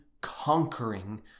conquering